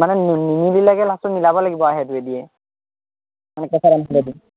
মানে নিমিলিলেগৈ লাষ্টত মিলাব লাগিব আৰু সেইটো দিয়ে মানে কেঁচা তামোলটো দি